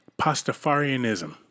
pastafarianism